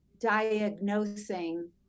diagnosing